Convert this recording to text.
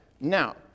Now